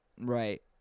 right